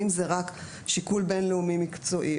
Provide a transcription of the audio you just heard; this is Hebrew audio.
האם זהו רק שיקול בין-לאומי מקצועי,